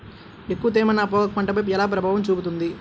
ఎక్కువ తేమ నా పొగాకు పంటపై ఎలా ప్రభావం చూపుతుంది?